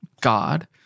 God